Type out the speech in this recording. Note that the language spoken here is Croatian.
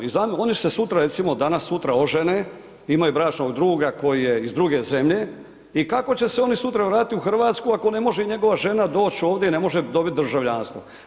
Oni se sutra recimo danas sutra ožene, imaju bračnog druga koji je iz druge zemlje i kako će se oni sutra vratiti u RH ako ne može njegova žena doć ovdje i ne može dobiti državljanstvo.